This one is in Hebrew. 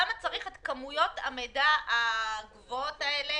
למה צריך את כמויות המידע הגבוהות האלה?